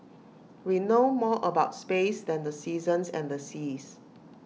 we know more about space than the seasons and the seas